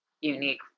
unique